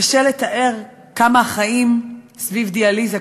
קשה לתאר כמה החיים סביב דיאליזה,